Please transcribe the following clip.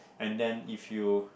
and then if you